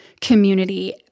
community